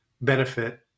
benefit